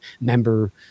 member